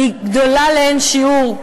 היא גדולה לאין שיעור,